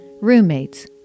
Roommates